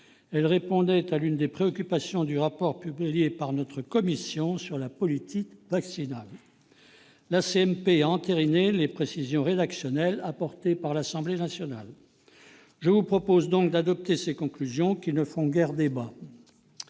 Elle répondait à l'une des préconisations du rapport de notre commission sur la politique vaccinale. La CMP a entériné les précisions rédactionnelles apportées par l'Assemblée nationale. Je vous propose donc, mes chers collègues, d'adopter ses conclusions, qui ne font guère débat.